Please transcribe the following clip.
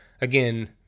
again